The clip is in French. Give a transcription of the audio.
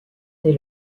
des